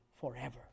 forever